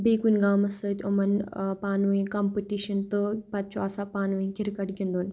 بیٚیہِ کُنہِ گامَس سۭتۍ یِمَن پانہٕ ؤنۍ کَمپِٹِشَن تہٕ پَتہٕ چھُ آسان پانہٕ ؤنۍ کِرکَٹ گِنٛدُن